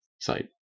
site